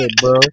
bro